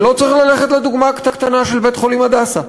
ולא צריך ללכת לדוגמה הקטנה של בית-חולים "הדסה",